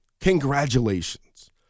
Congratulations